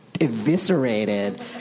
eviscerated